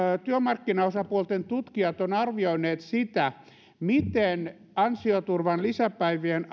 työmarkkinaosapuolten tutkijat ovat arvioineet sitä miten ansioturvan lisäpäivien